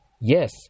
yes